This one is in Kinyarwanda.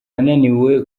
yananiwe